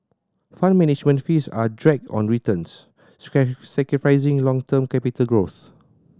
Fund Management fees are a drag on returns sacrificing long term capital growth